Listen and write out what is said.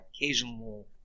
occasional